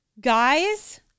Guys